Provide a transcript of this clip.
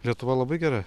lietuva labai gera